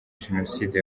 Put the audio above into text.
genocide